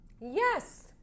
Yes